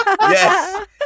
yes